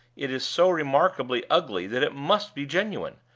it is so remarkably ugly that it must be genuine.